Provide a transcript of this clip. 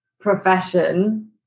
profession